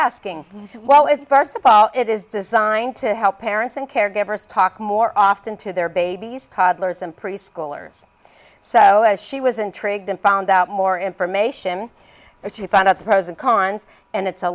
asking well first of all it is designed to help parents and caregivers talk more often to their babies toddlers and preschoolers so as she was intrigued and found out more information there she found out the pros and cons and it's a